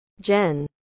Jen